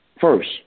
First